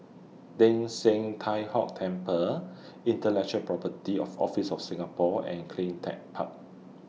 Teng San Tie Hock Temple Intellectual Property of Office of Singapore and CleanTech Park